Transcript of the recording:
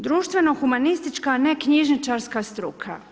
Društveno humanistička, a ne knjižničarska struka.